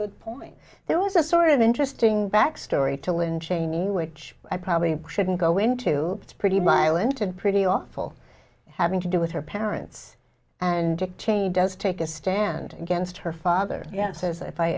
good point there was a sort of interesting backstory to lynne cheney which i probably shouldn't go into it's pretty mild into pretty awful having to do with her parents and dick cheney does take a stand against her father yet says if i